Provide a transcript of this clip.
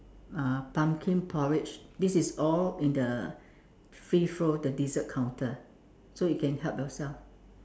uh pumpkin porridge this is all in the free flow the dessert counter so you can help yourself